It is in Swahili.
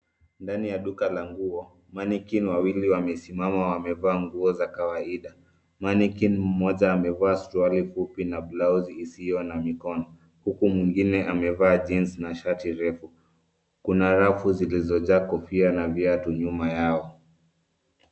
Ndani ya duka la nguo. Mannequin wawili wamesimama wamevaa nguo za kawaida. mannequin mmoja amevaa suruali fupi na blausi isiyo na mikono huku mwingine amevaa jeans na shati refu. Kuna rafu zilizojaa kofia na viatu nyuma yao.